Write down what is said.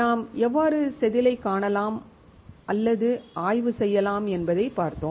நாம் எவ்வாறு செதிலைக் காணலாம் அல்லது ஆய்வு செய்யலாம் என்பதைப் பார்த்தோம்